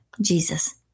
Jesus